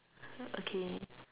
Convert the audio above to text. okay